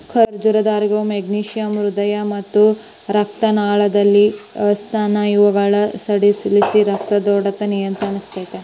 ಖರ್ಜೂರದಾಗಿರೋ magnesium ಹೃದಯ ಮತ್ತ ರಕ್ತನಾಳಗಳಲ್ಲಿನ ಸ್ನಾಯುಗಳನ್ನ ಸಡಿಲಗೊಳಿಸಿ, ರಕ್ತದೊತ್ತಡನ ನಿಯಂತ್ರಸ್ತೆತಿ